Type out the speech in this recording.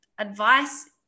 advice